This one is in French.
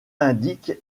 indique